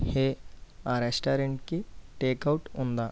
హే ఆ రెస్టారెంట్కి take out ఉందా